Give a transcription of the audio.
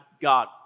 God